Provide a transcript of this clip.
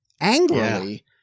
angrily